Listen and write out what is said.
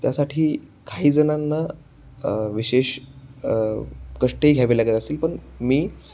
त्यासाठी काही जणांना विशेष कष्टही घ्यावे लागत असतील पण मी